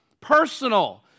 personal